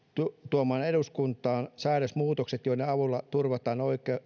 tuomaan eduskuntaan säädösmuutokset joiden avulla turvataan